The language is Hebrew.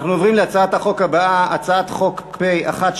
אנחנו עוברים להצעת החוק הבאה, הצעת חוק פ/1263,